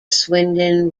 swindon